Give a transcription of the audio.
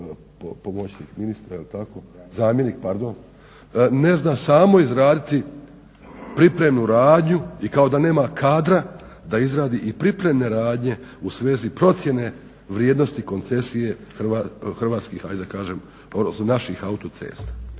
pomoćnik ministra jel' tako, zamjenik pardon, ne zna samo izraditi pripremnu radnju i kao da nema kadra da izradi i pripremne radnje u svezi procjene vrijednosti koncesije naših autocesta